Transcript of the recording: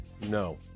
No